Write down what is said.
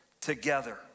together